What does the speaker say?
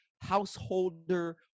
householder